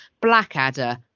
Blackadder